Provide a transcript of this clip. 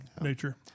nature